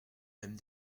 l’aime